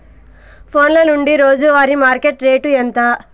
ఫోన్ల నుండి రోజు వారి మార్కెట్ రేటు ఎంత?